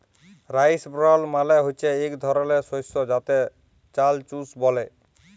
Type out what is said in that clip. rice ব্রল মালে হচ্যে ইক ধরলের শস্য যাতে চাল চুষ ব্যলে